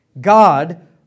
God